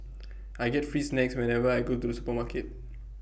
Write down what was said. I get free snacks whenever I go to the supermarket